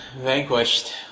vanquished